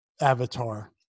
avatar